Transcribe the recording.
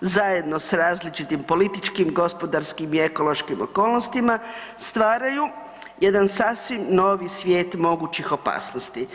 zajedno s različitim političkim, gospodarskim i ekološkim okolnostima stvaraju jedan sasvim novi svijet mogućih opasnosti.